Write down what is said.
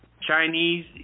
Chinese